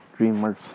dreamworks